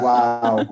Wow